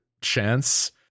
chance